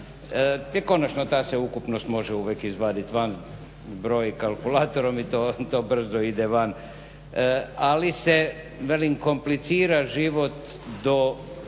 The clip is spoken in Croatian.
konačno ta se ukupnost može uvijek izvaditi van broj kalkulatorom i to brzo ide van. Ali se velim komplicira život do